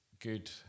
good